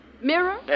Mirror